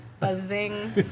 Buzzing